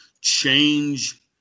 change